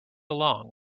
along